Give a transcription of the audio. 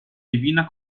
divina